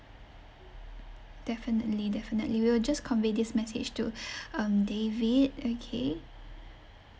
definitely definitely we will just convey this message to um david okay